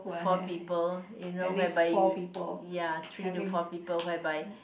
four people you know whereby you ya three to four people whereby